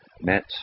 met